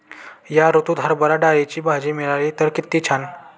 या ऋतूत हरभरा डाळीची भजी मिळाली तर कित्ती छान